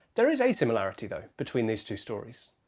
there is a similarity though between these two stories,